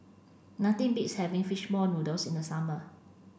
nothing beats having fish ball noodles in the summer